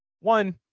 one